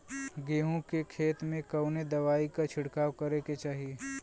गेहूँ के खेत मे कवने दवाई क छिड़काव करे के चाही?